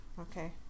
Okay